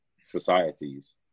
societies